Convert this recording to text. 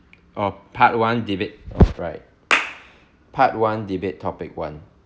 oh part one debate oh right part one debate topic one